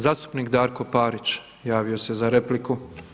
Zastupnik Darko Parić javio se za repliku.